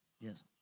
yes